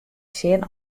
sjen